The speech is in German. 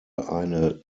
eine